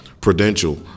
prudential